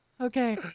Okay